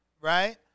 right